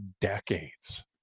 decades